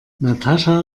natascha